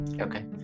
okay